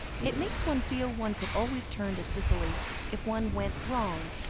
it makes one feel one could always turn to cicely if one went wrong,